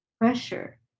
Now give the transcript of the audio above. pressure